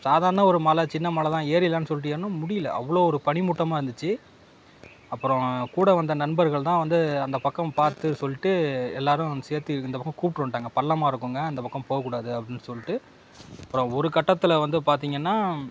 சாதாரண ஒரு மலை சின்ன மலை தான் ஏறிடலான்னு சொல்லிட்டு ஏறினோம் முடியல அவ்வளோ ஒரு பனிமூட்டமாக இருந்துச்சு அப்புறம் கூட வந்த நண்பர்கள் தான் வந்து அந்த பக்கம் பார்த்து சொல்லிட்டு எல்லோரும் சேர்த்து இந்த பக்கம் கூப்பிட்டு வந்துட்டாங்க பள்ளமாக இருக்குங்க அந்த பக்கம் போககூடாது அப்படின்னு சொல்லிட்டு அப்புறம் ஒரு கட்டத்தில் வந்து பார்த்தீங்கன்னா